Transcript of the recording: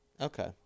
okay